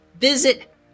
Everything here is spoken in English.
visit